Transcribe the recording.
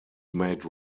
made